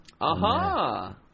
Aha